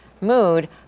mood